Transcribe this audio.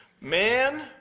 Man